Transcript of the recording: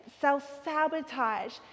self-sabotage